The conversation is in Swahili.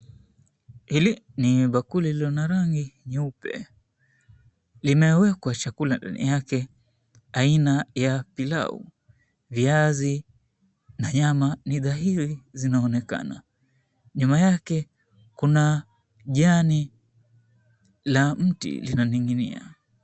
Hili ni bakuli lililo na rangi nyeupe limewekwa chakula ndani yake aina ya pilau. Viazi na nyama ni dhahiri zinaonekana. Nyuma yake kuna jani la mti linaning'inia.